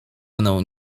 mną